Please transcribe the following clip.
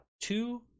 Two